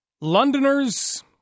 Londoners